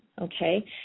okay